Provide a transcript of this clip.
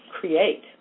create